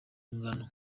ngoma